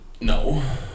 No